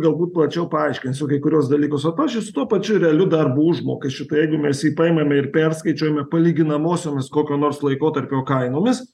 galbūt plačiau paaiškinsiu kai kuriuos dalykus va pavyzdžiui su tuo pačiu realiu darbo užmokesčiu tai jeigu mes jį paimame ir perskaičiuojame palyginamosiomis kokio nors laikotarpio kainomis